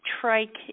trike